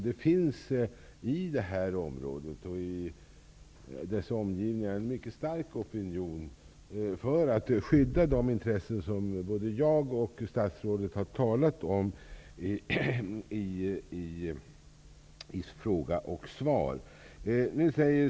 Det finns i området och i dess omgivningar en mycket stark opinion för att skydda de intressen som både jag och statsrådet har talat om i fråga och svar.